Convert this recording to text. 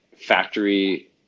factory